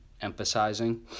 emphasizing